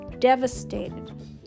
devastated